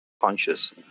conscious